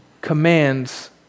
commands